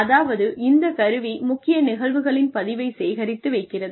அதாவது இந்த கருவி முக்கிய நிகழ்வுகளின் பதிவைச் சேகரித்து வைக்கிறது